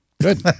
Good